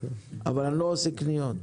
אבל אני לא עושה קניות.